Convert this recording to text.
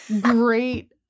great